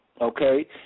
Okay